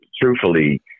Truthfully